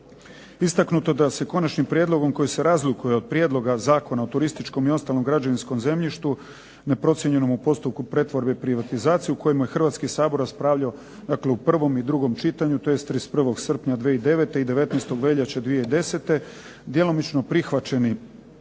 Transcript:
Istaknuto je da su konačnim prijedlogom koji se razlikuje od prijedloga Zakona o turističkom i ostalom građevinskom zemljištu neprocijenjenom u postupku pretvorbe i privatizacije u kojemu je Hrvatski sabor raspravljao, dakle u prvom i drugom čitanju tj. 31. srpnja 2009. i 19. veljače 2010. djelomično prihvaćeni